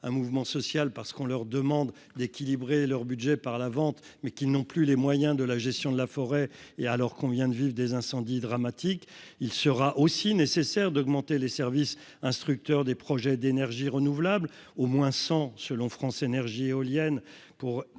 un mouvement social parce qu'on leur demande d'équilibrer leur budget par la vente, mais qui n'ont plus les moyens de la gestion de la forêt et alors qu'on vient de vivre des incendies dramatiques, il sera aussi nécessaire d'augmenter les services instructeurs des projets d'énergie renouvelable, au moins 100 selon France Énergie éolienne pour atteint